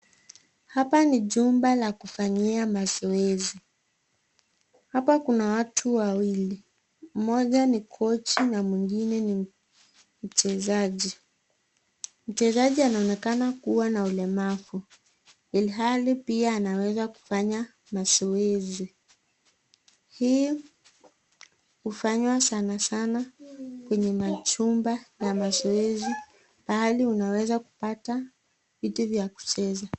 Hapa ni jumba la kufanyia mazoezi hapa kuna watu wawili mmoja ni kochi na mwingine ni mchezaji. Mchezaji anaonekana kuwa na ulemavu ilhali pia anaweza kufanya mazoezi. Hii hufanywa sana sana kwenye machumba na mazoezi pahali unaweza kupata vitu vya kucheza.